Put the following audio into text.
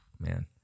man